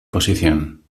posición